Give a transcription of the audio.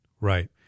Right